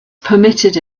permitted